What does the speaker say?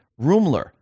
Rumler